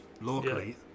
locally